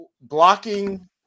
blocking